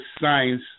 Science